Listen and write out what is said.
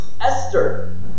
Esther